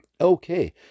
Okay